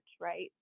right